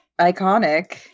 iconic